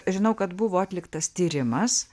žinau kad buvo atliktas tyrimas